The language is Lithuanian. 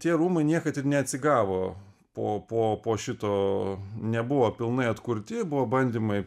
tie rūmai niekad ir neatsigavo po po po šito nebuvo pilnai atkurti buvo bandymai